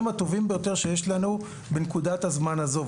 הטובים ביותר שיש לנו בנקודת הזמן הזו.